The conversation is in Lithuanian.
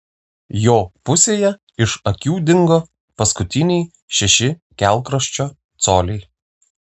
jo pusėje iš akių dingo paskutiniai šeši kelkraščio coliai